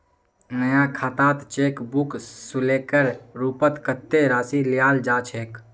नया खातात cheque book शुल्केर रूपत कत्ते राशि लियाल जा छेक